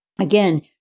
again